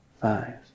five